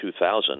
2000